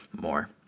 More